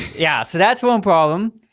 yeah, so that's one problem.